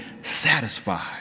satisfied